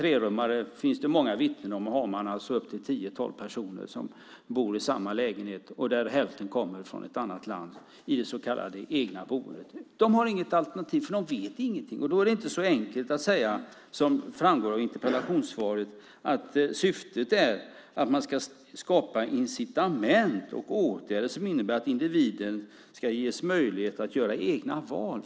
Det finns många som vittnar om att tio-tolv personer bor i en trerummare. Hälften kommer från ett annat land i det så kallade egna boendet. De har inget alternativ, för de vet ingenting. Då är det inte så enkelt att säga, som görs i interpellationssvaret, att syftet är att man skapa incitament och vidta åtgärder som gör att individen ska ges möjlighet att göra egna val.